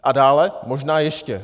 A dále možná ještě.